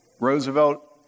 Roosevelt